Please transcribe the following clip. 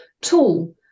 tool